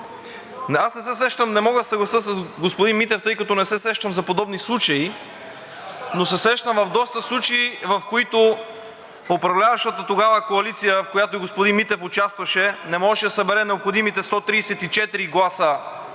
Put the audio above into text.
Председател. Аз не мога да се съглася с господин Митев, тъй като не се сещам за подобни случаи, но се сещам за доста случаи, в които управляващата тогава коалиция, в която и господин Митев участваше, не можеше да събере необходимите 134 гласа,